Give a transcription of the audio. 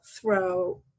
throw